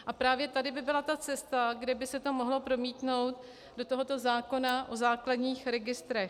A právě tady by byla cesta, kde by se to mohlo promítnout do tohoto zákona o základních registrech.